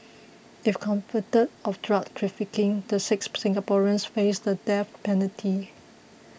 if convicted of drug trafficking the six Singaporeans face the death penalty